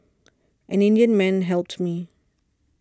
an Indian man helped me